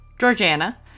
Georgiana